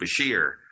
Bashir